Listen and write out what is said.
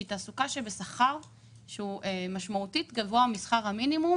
שהיא בתעסוקה בשכר שהוא משמעותית גבוה משכר המינימום